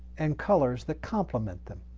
and colors that compliment them.